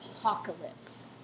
apocalypse